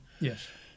Yes